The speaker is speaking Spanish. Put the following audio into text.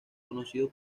conocido